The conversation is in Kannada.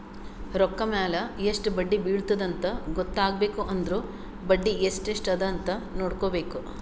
ರೊಕ್ಕಾ ಮ್ಯಾಲ ಎಸ್ಟ್ ಬಡ್ಡಿ ಬಿಳತ್ತುದ ಅಂತ್ ಗೊತ್ತ ಆಗ್ಬೇಕು ಅಂದುರ್ ಬಡ್ಡಿ ಎಸ್ಟ್ ಎಸ್ಟ್ ಅದ ಅಂತ್ ನೊಡ್ಕೋಬೇಕ್